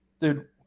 Dude